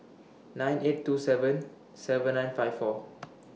nine eight two seven seven nine five four